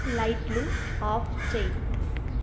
లైట్లు ఆఫ్ చేయి